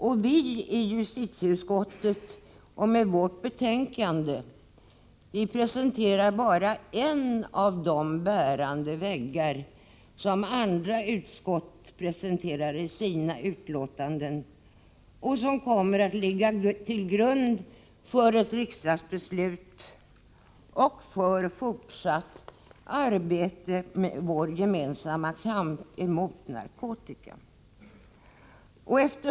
Vårt betänkande från justitieutskottet är bara en av de bärande väggarna i det material från olika utskott vilket skall ligga till grund för ett riksdagsbeslut för fortsatt gemensam kamp emot narkotikan.